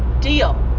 deal